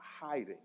hiding